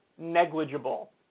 Negligible